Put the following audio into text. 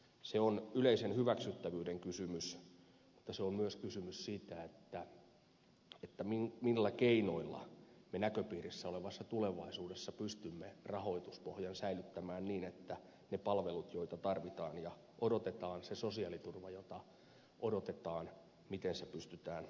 se on yleisen hyväksyttävyyden kysymys mutta se on myös kysymys siitä millä keinoilla me näköpiirissä olevassa tulevaisuudessa pystymme rahoituspohjan säilyttämään niin että ne palvelut joita tarvitaan ja odotetaan se sosiaaliturva jota odotetaan pystytään ylläpitämään